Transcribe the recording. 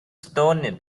stoned